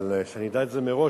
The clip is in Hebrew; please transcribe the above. אבל שאני אדע את זה מראש.